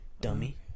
Dummy